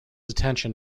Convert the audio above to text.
attention